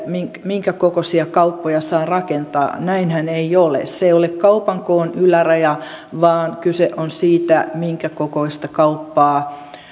minkä kokoisia kauppoja saa rakentaa näinhän ei ole se ei ole kaupan koon yläraja vaan kyse on siitä minkä kokoista kauppaa